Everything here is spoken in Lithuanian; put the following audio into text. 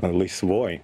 a laisvoj